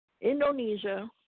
Indonesia